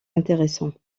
intéressants